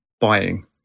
buying